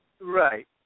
right